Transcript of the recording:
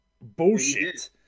Bullshit